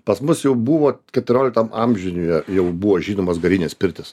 pas mus jau buvo keturioliktam amžiuje jau buvo žinomos garinės pirtys